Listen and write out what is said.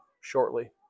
shortly